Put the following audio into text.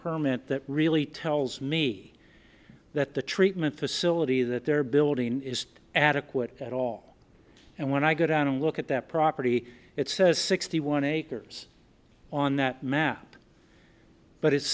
permit that really tells me that the treatment facility that they're building is adequate at all and when i go down and look at that property it says sixty one acres on that map but it's